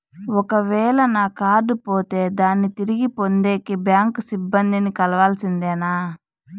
ఒక వేల నా కార్డు పోతే దాన్ని తిరిగి పొందేకి, బ్యాంకు సిబ్బంది ని కలవాల్సిందేనా?